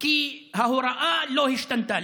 כי ההוראה לא השתנתה.